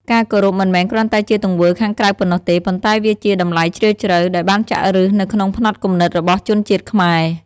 ការគោរពមិនមែនគ្រាន់តែជាទង្វើខាងក្រៅប៉ុណ្ណោះទេ ប៉ុន្តែវាជា តម្លៃជ្រាលជ្រៅ ដែលបានចាក់ឫសនៅក្នុងផ្នត់គំនិតរបស់ជនជាតិខ្មែរ។